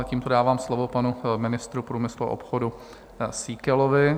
Tímto dávám slovo panu ministru průmyslu a obchodu Síkelovi.